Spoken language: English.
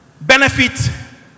Benefit